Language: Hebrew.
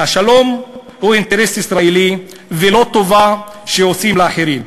השלום הוא אינטרס ישראלי, ולא טובה שעושים לאחרים.